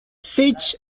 seats